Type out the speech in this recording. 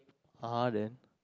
[huh] then